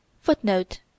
Footnote